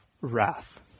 wrath